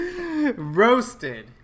Roasted